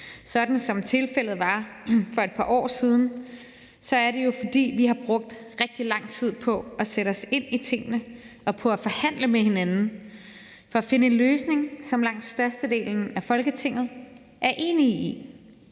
sådan som tilfældet var for et par år siden, er det jo, fordi vi har brugt rigtig lang tid på at sætte os ind i tingene og på at forhandle med hinanden for at finde en løsning, som langt størstedelen af Folketinget er enige i.